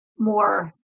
More